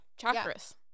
Chakras